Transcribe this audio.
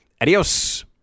adios